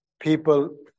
people